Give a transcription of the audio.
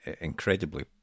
incredibly